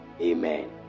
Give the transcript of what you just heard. amen